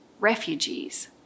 refugees